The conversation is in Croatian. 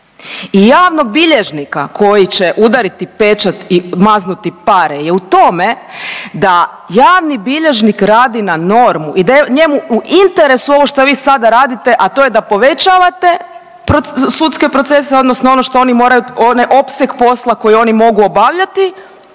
i javnog bilježnika koji će udariti pečat i maznuti pare je u tome da javni bilježnik radi na normu i da je njemu u interesu ovo što vi sada radite, a to je da povećavate sudske procese, odnosno ono što oni moraju, one opseg posla koji oni mogu obavljati,